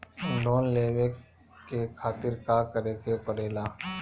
Loan लेवे के खातिर का करे के पड़ेला?